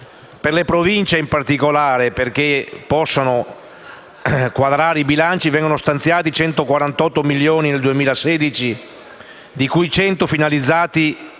Per le Province, in particolare, affinché possano far quadrare i bilanci, vengono stanziati 148 milioni nel 2016, di cui 100 finalizzati